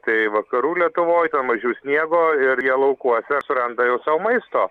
kai vakarų lietuvoj ten mažiau sniego ir jie laukuose suranda sau maisto